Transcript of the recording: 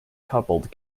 coupled